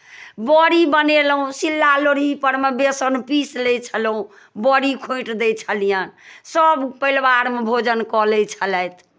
बड़ी बनेलहुँ सिल्ला लोड़हीपर मे बेसन पीसि लै छलहुँ बड़ी खोँटि दै छलियनि सभ परिवारमे भोजन कऽ लै छलथि